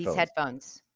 headphones.